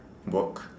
work